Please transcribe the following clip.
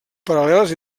paral·leles